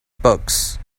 books